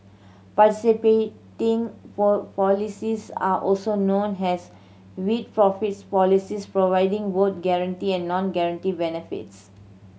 participating policies are also known has with profits policies providing both guaranteed and non guaranteed benefits